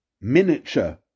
miniature